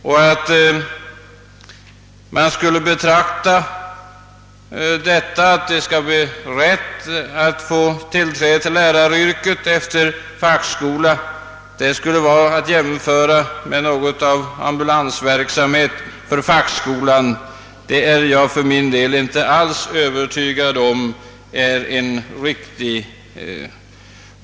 Jag är inte alls övertygad om att det bör betraktas som något slags ambulanstjänst för fackskolan, om dess elever skall få tillträde till läraryrket.